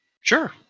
Sure